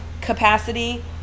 capacity